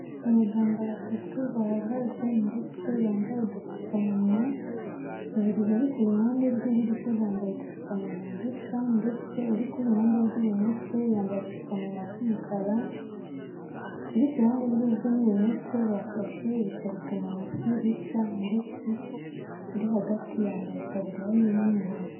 Abaganga batatu bahagaze ndetse bambaye udupfukamunwa, babiri bari ku ruhande rw'iburyo bambaye udupfukamunwa dusa ndetse uri ku ruhande rw'ibumoso yambaye agapfukamunwa k'umukara, uri ku ruhande rw'iburyo n'ibumoso bafashe ibikarito mu ntoki bisa ndetse uri hagati yambaye itaburiya y'umweru.